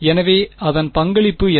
எனவே அதன் பங்களிப்பு என்ன